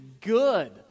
good